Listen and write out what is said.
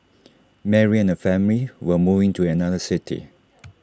Mary and her family were moving to another city